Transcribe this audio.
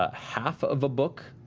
ah half of a book